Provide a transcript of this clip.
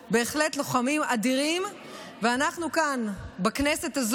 עוברים לסדר-היום על מה שמתחולל בכנסת,